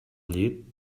llit